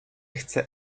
chcę